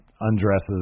undresses